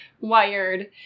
wired